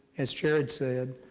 as jared said,